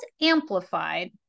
amplified